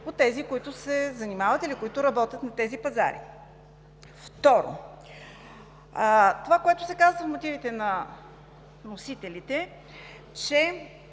от тези, които се занимават или работят на тези пазари. Второ, това, което се казва в мотивите на вносителите, че